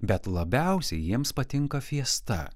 bet labiausiai jiems patinka fiesta